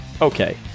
okay